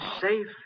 safe